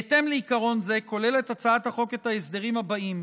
בהתאם לעיקרון הזה כוללת הצעת החוק את ההסדרים האלה: